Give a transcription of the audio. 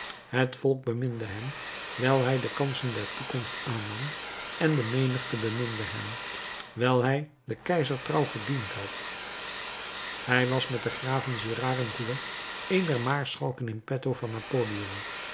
het volk beminde hem wijl hij de kansen der toekomst aannam en de menigte beminde hem wijl hij den keizer trouw gediend had hij was met de graven gérard en drouet een der maarschalken in petto van napoleon